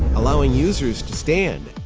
allowing users to stand.